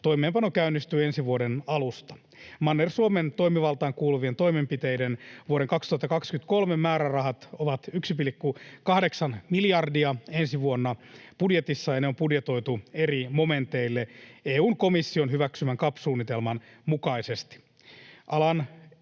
toimeenpano käynnistyy ensi vuoden alusta. Manner-Suomen toimivaltaan kuuluvien toimenpiteiden vuoden 2023 määrärahat ovat 1,8 miljardia ensi vuonna budjetissa, ja ne on budjetoitu eri momenteille EU:n komission hyväksymän CAP-suunnitelman mukaisesti.